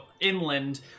inland